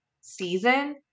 season